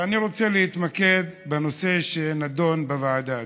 ואני רוצה להתמקד בנושא שנדון בוועדה,